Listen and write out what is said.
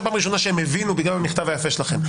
הפעם הראשונה שהם הבינו בגלל המכתב היפה שלכם.